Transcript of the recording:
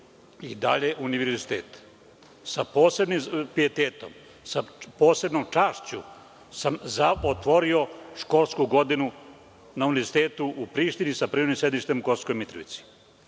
i dalje univerzitet. Sa posebnim pijetetom, sa posebnom čašću, otvorio sam školsku godinu na Univerzitetu u Prištini, sa privremenim sedištem u Kosovskoj Mitrovici,